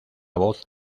voz